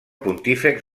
pontífex